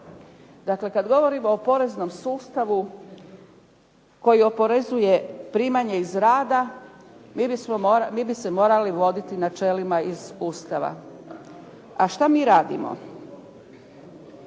Dakle, kad govorimo o poreznom sustavu koji oporezuje primanja iz rada mi bi se morali voditi načelima iz Ustava. A šta mi radimo?